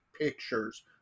pictures